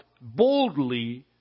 boldly